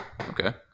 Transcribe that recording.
okay